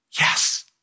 Yes